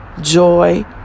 joy